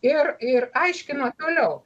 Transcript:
ir ir aiškina toliau